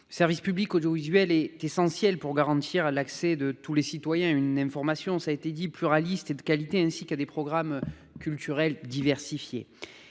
Le service public audiovisuel est essentiel pour garantir l'accès de tous les citoyens à une information pluraliste et de qualité, ainsi qu'à des programmes culturels diversifiés.